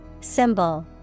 Symbol